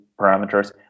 parameters